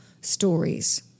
stories